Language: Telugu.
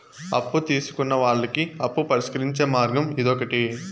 అప్పు తీసుకున్న వాళ్ళకి అప్పు పరిష్కరించే మార్గం ఇదొకటి